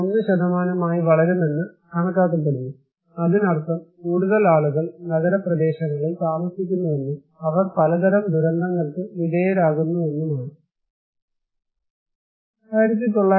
1 ആയി വളരുമെന്ന് കണക്കാക്കപ്പെടുന്നു അതിനർത്ഥം കൂടുതൽ ആളുകൾ നഗരപ്രദേശങ്ങളിൽ താമസിക്കുന്നുവെന്നും അവർ പലതരം ദുരന്തങ്ങൾക്ക് വിധേയരാകുമെന്നും ആണ്